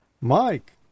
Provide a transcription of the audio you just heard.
Mike